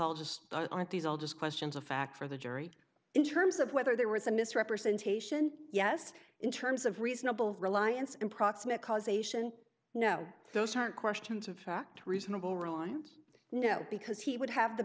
all just aren't these all just questions of fact for the jury in terms of whether there was a misrepresentation yes in terms of reasonable reliance in proximate cause ation no those aren't questions of fact reasonable wrong you know because he would have the